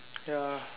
ya